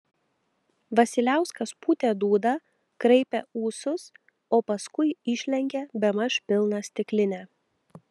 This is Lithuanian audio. vasiliauskas pūtė dūdą kraipė ūsus o paskui išlenkė bemaž pilną stiklinę